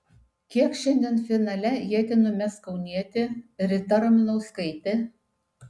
kiek šiandien finale ietį numes kaunietė rita ramanauskaitė